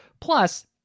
Plus